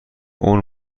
اون